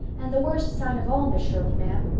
and the worst sign of all, miss shirley, ma'am.